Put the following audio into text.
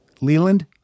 Leland